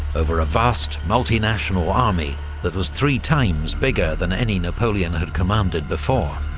over a vast, multi-national army that was three times bigger than any napoleon had commanded before.